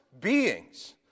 beings